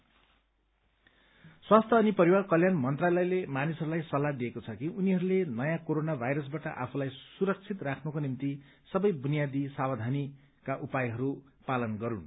corona advice स्वास्थ्य अनि परिवार कल्याण मन्त्रालयले मानिसहरूलाई सल्लाह दिएको छ कि उनीहरूले नयाँ कोरोना भाइरसबाट आफूलाई सुरक्षित राख्नुको निम्ति सबै बुनियादी सांवबानिक उपायहरू पालन गरून्